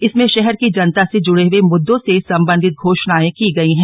इसमें शहर की जनता से जुड़े हुए मुद्दों से संबंधित घोषणाए की गई हैं